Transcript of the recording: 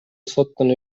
соттун